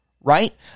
Right